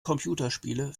computerspiele